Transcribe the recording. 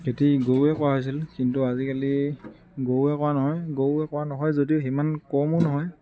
খেতি গৰুৱে কৰা হৈছিল কিন্তু আজিকালি গৰুৱে কৰা নহয় গৰুৱে কৰা নহয় যদিও সিমান কমো নহয়